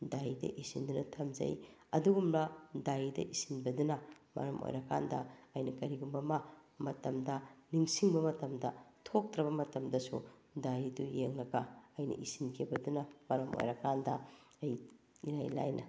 ꯗꯥꯏꯔꯤꯗ ꯏꯁꯤꯟꯗꯨꯅ ꯊꯝꯖꯩ ꯑꯗꯨꯒꯨꯝꯕ ꯗꯥꯏꯔꯤꯗ ꯏꯁꯤꯟꯕꯗꯨꯅ ꯃꯔꯝ ꯑꯣꯏꯔ ꯀꯥꯟꯗ ꯑꯩꯅ ꯀꯔꯤꯒꯨꯝꯕ ꯑꯃ ꯃꯇꯝꯗ ꯅꯤꯡꯁꯤꯡꯕ ꯃꯇꯝꯗ ꯊꯣꯛꯇ꯭ꯔꯕ ꯃꯇꯝꯗꯁꯨ ꯗꯥꯏꯔꯤꯗꯨ ꯌꯦꯡꯂꯒ ꯑꯩꯅ ꯏꯁꯤꯟꯈꯤꯕꯗꯨꯅ ꯃꯔꯝ ꯑꯣꯏꯔ ꯀꯥꯟꯗ ꯑꯩ ꯏꯔꯥꯏ ꯂꯥꯏꯅ